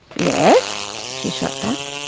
yes she shot back.